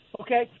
okay